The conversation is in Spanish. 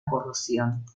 corrosión